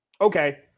Okay